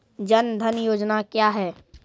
जन धन योजना क्या है?